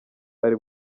ari